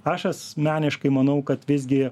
aš asmeniškai manau kad visgi